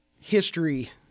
history